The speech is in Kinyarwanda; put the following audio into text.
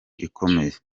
ikomeye